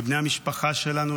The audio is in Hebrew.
לבני המשפחה שלנו,